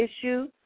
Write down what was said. issue